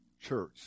church